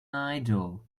idol